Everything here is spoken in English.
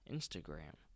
Instagram